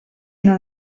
non